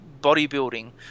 bodybuilding